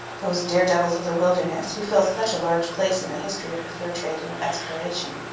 those dare-devils of the wilderness who fill such a large place in the history of the fur trade and of exploration.